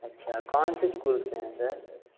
अच्छा कौनसे स्कूल से हैं सर